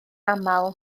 aml